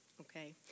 okay